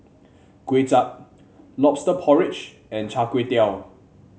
Kuay Chap lobster porridge and Char Kway Teow